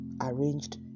arranged